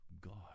God